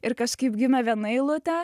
ir kažkaip gimė viena eilutė